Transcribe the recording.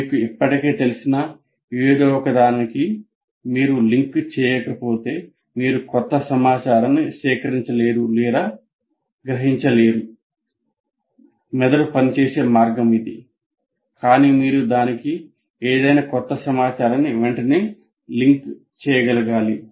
మీకు ఇప్పటికే తెలిసిన ఏదో ఒకదానికి మీరు లింక్ చేయకపోతే మీరు క్రొత్త సమాచారాన్ని సేకరించలేరు లేదా గ్రహించలేరు కానీ మీరు దానికి ఏదైనా క్రొత్త సమాచారాన్ని వెంటనే లింక్ చేయగలగాలి